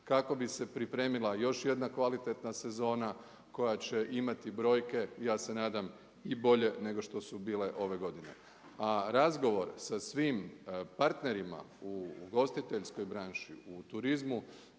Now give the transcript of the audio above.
kako bi se pripremila još jedna kvalitetna sezona koja će imati brojke, ja se nadam i bolje nego što su bile ove godine. A razgovor sa svim partnerima u ugostiteljskoj branši u turizmu